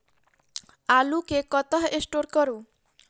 आलु केँ कतह स्टोर करू?